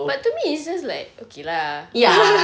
but to me it's just like okay lah